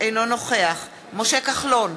אינו נוכח משה כחלון,